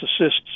assists